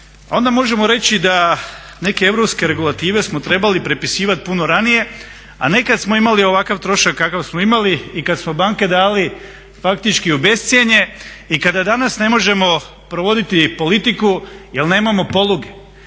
onda možemo reći da neke europske regulative smo trebali prepisivati puno ranije, a ne kad smo imali ovakav trošak kakav smo imali i kad smo banke dali faktički u bescjenje i kada danas ne možemo provoditi politiku jel nemamo poluge.